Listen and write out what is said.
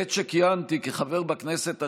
בעת שכיהנתי כחבר בכנסת התשע-עשרה,